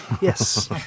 yes